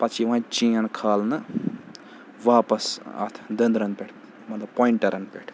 پَتہٕ چھِ یِوان چین کھالنہٕ واپَس اَتھ دٔنٛدرَن پٮ۪ٹھ مطلب پویِنٹَرَن پٮ۪ٹھ